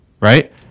right